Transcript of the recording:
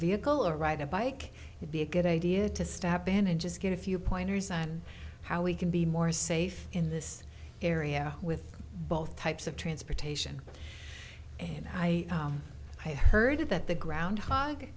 vehicle or ride a bike you'd be a good idea to step in and just get a few pointers on how we can be more safe in this area with both types of transportation and i i heard that the groundhog